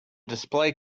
display